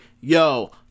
yo